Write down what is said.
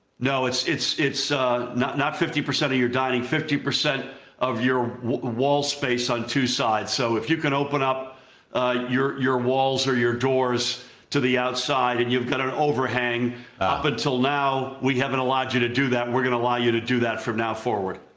no, it's it's not not fifty percent of your dining, fifty percent of your wall space on two sides, so if you can open up your your walls or your doors to the outside and you've got an overhang up until now, we haven't allowed you to do that. we're going to allow you to do that from now forward.